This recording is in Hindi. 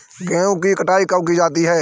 गेहूँ की कटाई कब की जाती है?